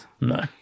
No